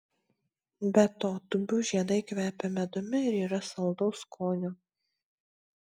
be to tūbių žiedai kvepia medumi ir yra saldaus skonio